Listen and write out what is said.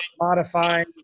modifying